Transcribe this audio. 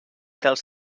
dels